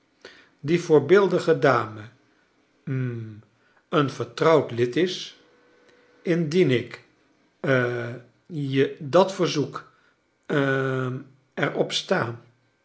die voorbeeldige dame hm een vertrouwd lid is indien ik ha je dat verzoek hm er op sta